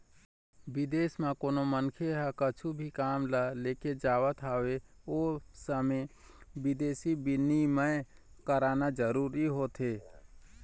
बिदेस म कोनो मनखे ह कुछु भी काम ल लेके जावत हवय ओ समे बिदेसी बिनिमय कराना जरूरी होथे